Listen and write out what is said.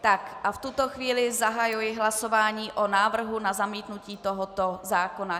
A v tuto chvíli zahajuji hlasování o návrhu na zamítnutí tohoto zákona.